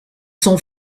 son